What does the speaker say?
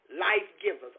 life-givers